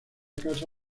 casa